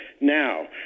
Now